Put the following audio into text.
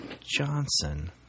Johnson